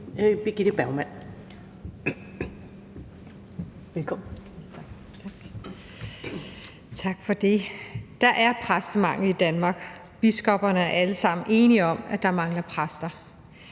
Birgitte Bergman (KF): Tak for det. Der er præstemangel i Danmark. Biskopperne er alle sammen enige om, at der mangler præster.